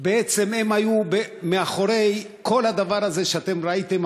ובעצם הם היו מאחורי כל הדבר הזה שאתם ראיתם,